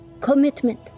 commitment